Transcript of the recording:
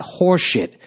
horseshit